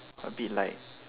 a bit like